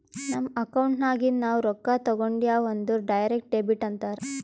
ನಮ್ ಅಕೌಂಟ್ ನಾಗಿಂದ್ ನಾವು ರೊಕ್ಕಾ ತೇಕೊಂಡ್ಯಾವ್ ಅಂದುರ್ ಡೈರೆಕ್ಟ್ ಡೆಬಿಟ್ ಅಂತಾರ್